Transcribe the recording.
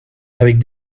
avec